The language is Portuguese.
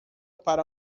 para